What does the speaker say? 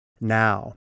Now